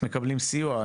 מקבלים סיוע?